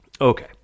Okay